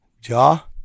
jaw